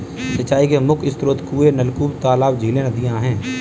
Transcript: सिंचाई के मुख्य स्रोत कुएँ, नलकूप, तालाब, झीलें, नदियाँ हैं